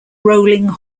rowling